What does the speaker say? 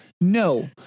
No